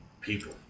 people